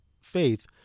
faith